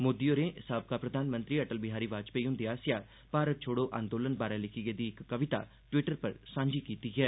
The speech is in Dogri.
मोदी होरें साबका प्रधानमंत्री अटल बिहारी वाजपेयी हुंदे आसेआ भारत छोड़ो आंदोलन बारै लिक्खी गेदी इक कविता ट्विटर पर सांझी कीती ऐ